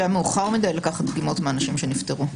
שהיה מאוחר מידי לקחת דגימות מהאנשים שנפטרו.